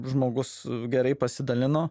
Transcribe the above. žmogus gerai pasidalino